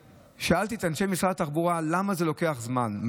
שאלתי את אנשי משרד התחבורה למה זה לוקח זמן,